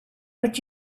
but